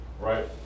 right